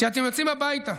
כשאתם יוצאים הביתה,